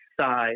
size